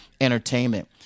entertainment